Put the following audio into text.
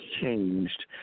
changed